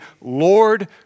Lord